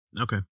Okay